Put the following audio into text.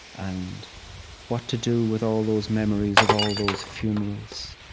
and what to do with all those memories of all of those funerals?